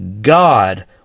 God